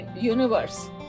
universe